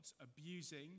abusing